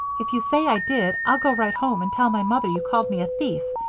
if you say i did, i'll go right home and tell my mother you called me a thief.